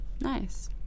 Nice